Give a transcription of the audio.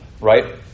right